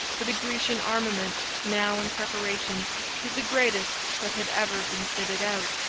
for the grecian armament now in preparation was the greatest that had ever been fitted out.